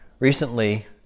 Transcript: Recently